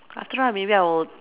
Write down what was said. I think maybe I will